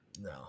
No